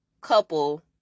couple